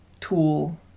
tool